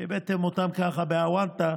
שהבאתם אותם ככה בעוונטה,